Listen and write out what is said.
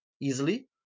easily